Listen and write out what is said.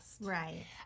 Right